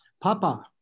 papa